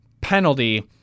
penalty